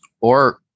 Or-